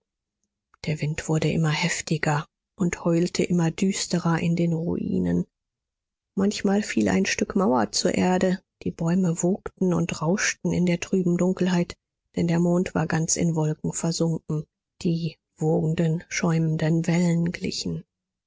der wind wurde immer heftiger und heulte immer düsterer in den ruinen manchmal fiel ein stück mauer zur erde die bäume wogten und rauschten in der trüben dunkelheit denn der mond war ganz in wolken versunken die wogenden schäumenden wellen glichen